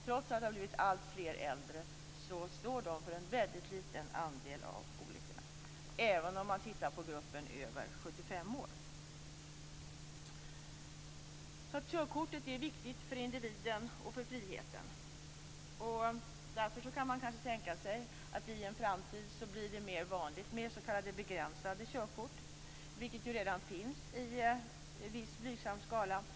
Trots att de äldre har blivit alltfler står de för en väldigt liten andel av olyckorna. Det ser man även om man tittar på gruppen över 75 år. Körkortet är viktigt för individen och för friheten. Därför kan man kanske tänka sig att det i en framtid blir mer vanligt med s.k. begränsade körkort, vilket ju redan finns i blygsam skala.